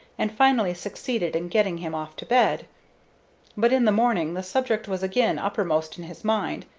and finally succeeded in getting him off to bed but in the morning the subject was again uppermost in his mind,